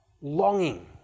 Longing